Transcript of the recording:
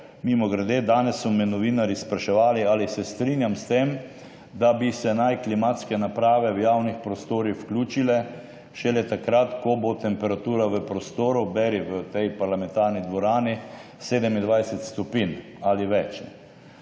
Mimogrede, danes so me novinarji spraševali, ali se strinjam s tem, da naj bi se klimatske naprave v javnih prostorih vključile šele takrat, ko bo temperatura v prostoru, beri v tej parlamentarni dvorani, 27 stopinj ali več.